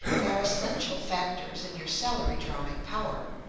they are essential factors in your salary drawing power.